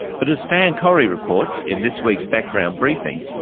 but as stan correy reports in this week's background briefing,